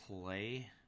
play